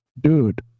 dude